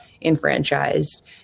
enfranchised